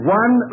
one